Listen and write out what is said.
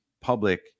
public